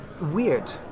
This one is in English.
Weird